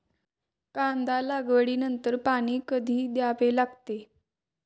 कांदा लागवडी नंतर पाणी कधी द्यावे लागते?